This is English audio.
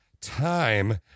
time